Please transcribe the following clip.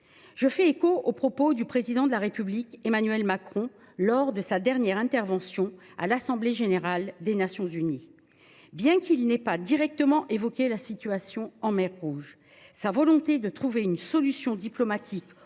Je fais écho aux propos qu’a tenus le Président de la République lors de sa dernière intervention à l’Assemblée générale des Nations unies. Bien qu’il n’ait pas directement évoqué la situation en mer Rouge, sa volonté de trouver une solution diplomatique